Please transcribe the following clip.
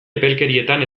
epelkerietan